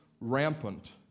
rampant